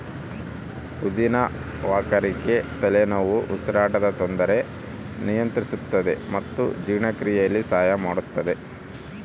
ಪುದಿನ ವಾಕರಿಕೆ ತಲೆನೋವು ಉಸಿರಾಟದ ತೊಂದರೆ ನಿಯಂತ್ರಿಸುತ್ತದೆ ಮತ್ತು ಜೀರ್ಣಕ್ರಿಯೆಯಲ್ಲಿ ಸಹಾಯ ಮಾಡುತ್ತದೆ